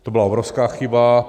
To byla obrovská chyba.